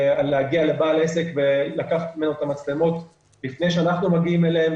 להגיע לבעל עסק ולקחת ממנו את המצלמות לפני שאנחנו מגיעים אליו,